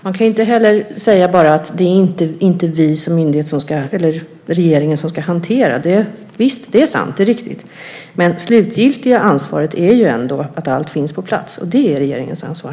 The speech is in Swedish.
Man kan inte heller bara säga att det inte är regeringen som ska hantera. Visst, det är sant och riktigt, men det slutgiltiga ansvaret är ändå att se till att allt finns på plats, och det är regeringens ansvar.